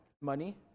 money